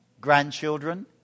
grandchildren